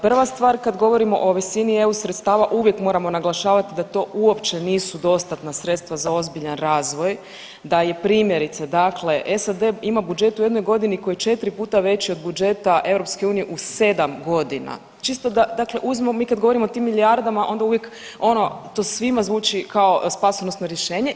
Prva stvar kad govorimo o visini EU sredstava uvijek moramo naglašavat da to uopće nisu dostatna sredstva za ozbiljan razvoj, da je primjerice dakle SAD imao budžet u jednoj godini koji je 4 puta veći od budžeta EU u 7.g., čisto da, dakle uzmimo mi kad govorimo o tim milijardama onda uvijek ono to svima zvuči kao spasonosno rješenje.